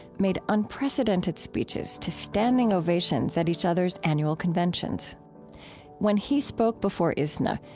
made unprecedented speeches to standing ovations at each other's annual conventions when he spoke before isna,